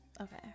okay